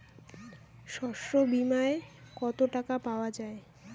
শস্য বিমায় কত টাকা পাওয়া যায়?